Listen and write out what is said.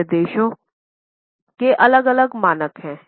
विभिन्न देशों के अलग अलग मानक हैं